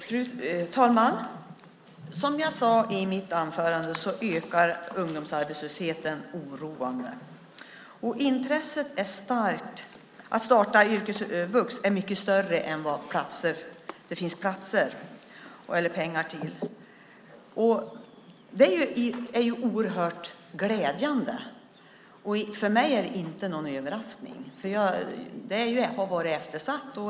Fru talman! Som jag sade i mitt anförande är det en oroande ökning av ungdomsarbetslösheten. Intresset för att starta yrkesvux är mycket större än tillgången till platser och pengar. Det stora intresset är oerhört glädjande, och för mig är det ingen överraskning eftersom detta område är eftersatt.